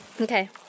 Okay